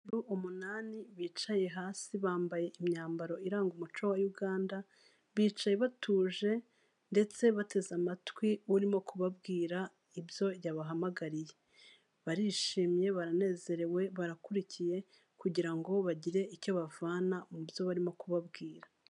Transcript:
Abantu umunani bicaye hasi bambaye imyambaro iranga umuco wa Uganda, bicaye batuje ndetse bateze amatwi urimo kubabwira ibyo yabahamagariye, barishimye baranezerewe barakurikiye kugira ngo bagire icyo bavana mu byo barimo kubabwira.